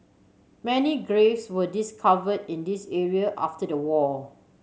many graves were discovered in these area after the war